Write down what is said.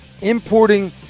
importing